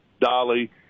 Dolly